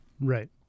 Right